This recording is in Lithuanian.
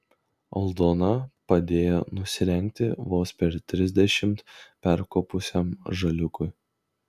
aldona padėjo nusirengti vos per trisdešimt perkopusiam žaliūkui